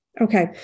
Okay